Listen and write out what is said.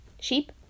sheep